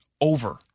over